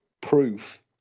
proof